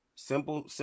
simple